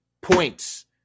points